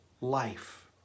life